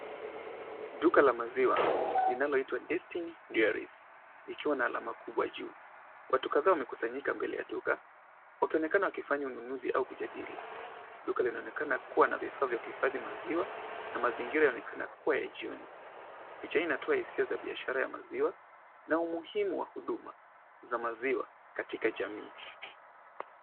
Duka la maziwa linaloitwa Destiny Dairies likiwa na alama kubwa juu. Watu kadhaa wamekusanyika mbele ya duka wakionekana wakifanya ununuzi au kujadili. Duka linaonekaa kuwa na vifaa vya kuhifadhi maziwa na mazingira yaonekana kuwa ya jioni. Picha hii inatoa hisia za biashara ya maziwa na umuhimu wa huduma za maziwa katika jamii.